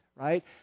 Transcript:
right